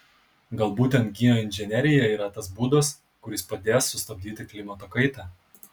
gal būtent geoinžinerija yra tas būdas kuris padės sustabdyti klimato kaitą